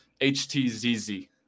HTZZ